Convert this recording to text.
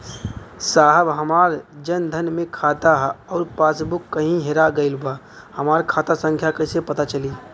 साहब हमार जन धन मे खाता ह अउर पास बुक कहीं हेरा गईल बा हमार खाता संख्या कईसे पता चली?